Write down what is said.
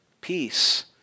Peace